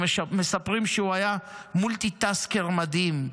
ומספרים שהוא היה מולטי-טסקר מדהים,